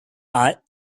are